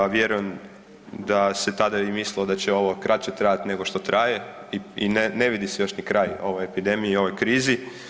Vjerujem da se tada i mislimo da će ovo kraće trajati nego što traje i ne vidi se još ni kraj ovoj epidemiji i ovoj krizi.